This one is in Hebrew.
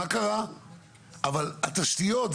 אבל התשתיות,